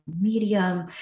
medium